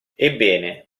ebbene